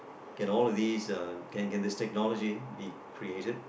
can all these uh can can these technology be created